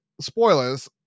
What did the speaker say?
spoilers